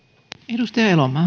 arvoisa